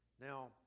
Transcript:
Now